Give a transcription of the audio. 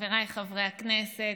חבריי חברי הכנסת,